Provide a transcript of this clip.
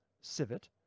civet